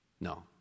No